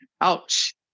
ouch